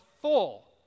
full